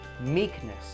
meekness